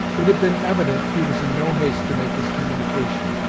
it had been evident he was in no haste to make his communication,